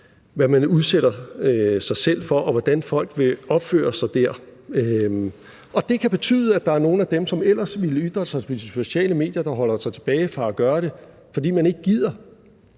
hvad man udsætter sig selv for, og hvordan folk vil opføre sig der. Det kan betyde, at der er nogle af dem, som ellers ville ytre sig på de sociale medier, der holder sig tilbage fra at gøre det, fordi man ikke gider